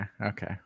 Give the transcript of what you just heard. Okay